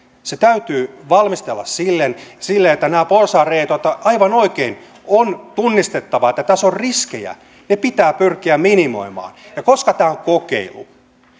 se täytyy valmistella silleen että nämä porsaanreiät aivan oikein on tunnistettava tässä on riskejä ne pitää pyrkiä minimoimaan ja koska tämä on kokeilu